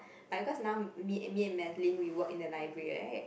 like cause now me me and Madeline we work in the library [right]